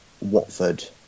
Watford